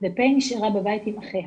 ופיי נשארה בבית עם אחיה.